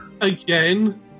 Again